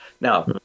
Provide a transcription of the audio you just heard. Now